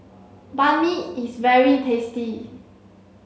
Banh Mi is very tasty